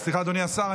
אדוני השר.